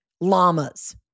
llamas